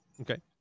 Okay